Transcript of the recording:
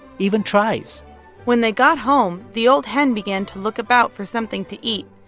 even tries when they got home, the old hen began to look about for something to eat.